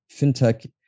FinTech